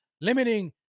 limiting